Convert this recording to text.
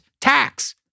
tax